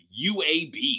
UAB